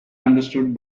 understood